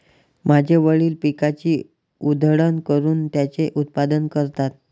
माझे वडील पिकाची उधळण करून त्याचे उत्पादन करतात